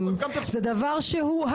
בסעיף (ב1)(ב)(א) לאחר המילה 'נפשית'